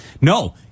No